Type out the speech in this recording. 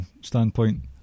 standpoint